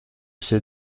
sais